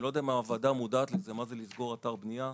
אני לא יודע האם הוועדה מודעת מה זה לסגור אתר בנייה.